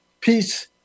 peace